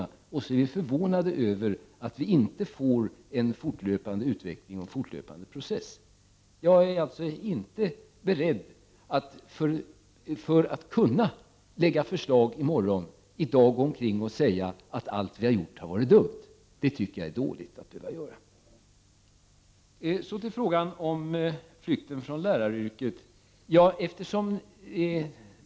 Sedan blir vi förvånade över att vi inte får en fortlöpande utveckling och process. Jag är alltså inte beredd att för att kunna lägga fram ett förslag i morgon i dag gå omkring och säga att allt vi har gjort är dumt. Det tycker jag är dåligt. Så till frågan om flykten från läraryrket.